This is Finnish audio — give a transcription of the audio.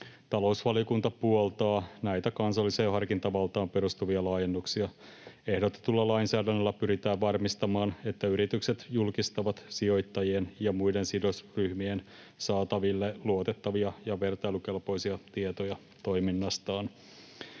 Talousvaliokunta puoltaa näitä kansalliseen harkintavaltaan perustuvia laajennuksia. Ehdotetulla lainsäädännöllä pyritään varmistamaan, että yritykset julkistavat sijoittajien ja muiden sidosryhmien saataville luotettavia ja vertailukelpoisia tietoja toiminnastaan.